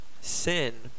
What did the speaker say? sin